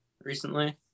recently